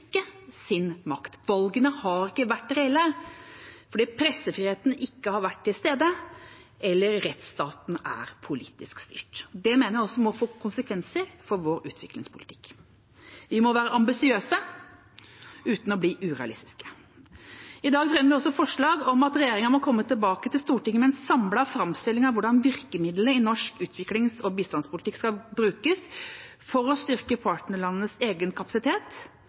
styrke sin makt. Valgene har ikke vært reelle, fordi pressefriheten ikke har vært til stede, eller rettsstaten er politisk styrt. Det mener jeg også må få konsekvenser for vår utviklingspolitikk. Vi må være ambisiøse uten å bli urealistiske. I dag fremmer vi også forslag om at regjeringa må komme tilbake til Stortinget med en samlet framstilling av hvordan virkemidlene i norsk utviklings- og bistandspolitikk skal brukes for å styrke partnerlandenes egen kapasitet